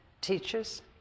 teachers